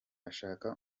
ashaka